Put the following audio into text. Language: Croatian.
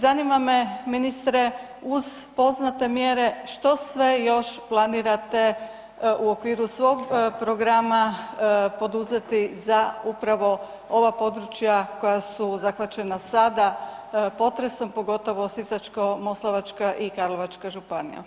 Zanima me, ministre, uz poznate mjere, što sve još planirate u okviru svog programa poduzeti za upravo ova područja koja su zahvaćena sada, potresom, pogotovo Sisačko-moslavačka i Karlovačka županija?